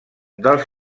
dels